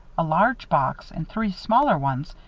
a large box and three smaller ones,